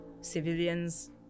civilians